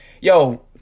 Yo